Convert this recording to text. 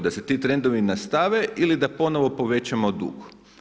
Da se ti trendovi nastave ili ponovo povećamo dug?